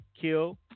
Kill